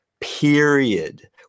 period